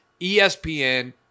ESPN